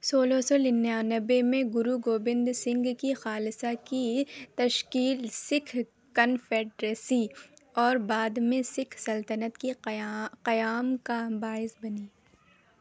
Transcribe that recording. سولہ سو ننانوے میں گرو گوبند سنگھ کی خالصہ کی تشکیل سکھ کنفیڈریسی اور بعد میں سکھ سلطنت کے قیا قیام کا باعث بنی